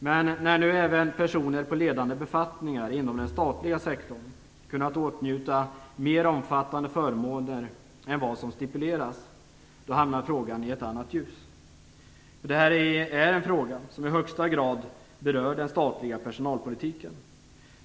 Men när nu även personer på ledande befattningar inom den statliga sektorn har kunnat åtnjuta mer omfattande förmåner än vad som stipulerats hamnar frågan i ett annat ljus. Detta är en fråga som i högsta grad berör den statliga personalpolitiken.